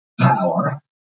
power